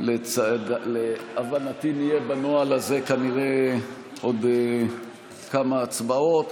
להבנתי נהיה בנוהל הזה כנראה עוד כמה הצבעות.